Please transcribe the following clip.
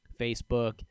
Facebook